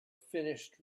finished